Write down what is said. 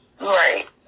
Right